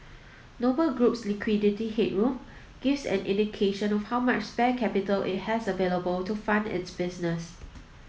Noble Group's liquidity headroom gives an indication of how much spare capital it has available to fund its business